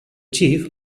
chief